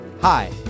Hi